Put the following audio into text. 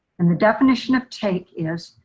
and the definition of take is,